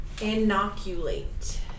Inoculate